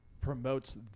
promotes